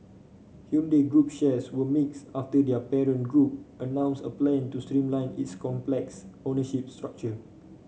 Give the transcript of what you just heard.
Hyundai Group shares were mixed after their parent group announced a plan to streamline its complex ownership structure